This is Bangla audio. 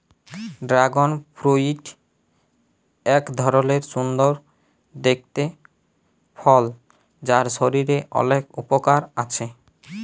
ড্রাগন ফ্রুইট এক ধরলের সুন্দর দেখতে ফল যার শরীরের অলেক উপকার আছে